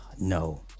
no